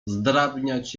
zdrabniać